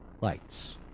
lights